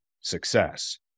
success